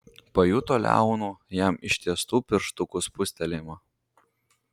pajuto liaunų jam ištiestų pirštukų spustelėjimą